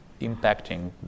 impacting